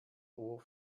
ohr